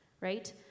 right